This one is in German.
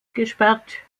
gesperrt